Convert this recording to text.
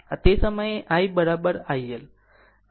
આમ આ તે સમયે I IL